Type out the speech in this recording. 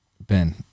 Ben